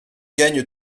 gagne